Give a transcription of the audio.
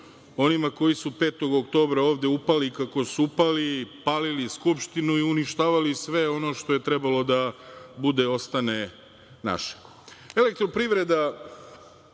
onima koji su 5. oktobra ovde upali, kako su upali, palili Skupštinu i uništavali sve ono što je trebalo da ostane